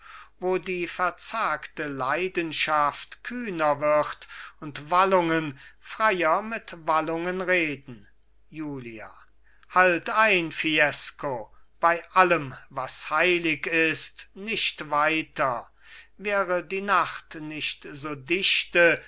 wo die verzagte leidenschaft kühner wird und wallungen freier mit wallungen reden julia halt ein fiesco bei allem was heilig ist nicht weiter wäre die nacht nicht so dichte